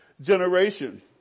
generation